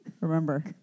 Remember